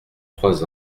trois